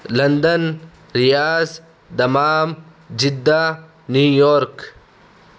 London Riyadh Dammam Jeddah New York